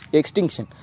extinction